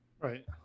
Right